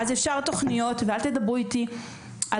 ואפשר תוכניות, ואל תדברו איתי על